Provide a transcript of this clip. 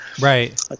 Right